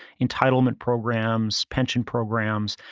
entitlement programs, pension programs.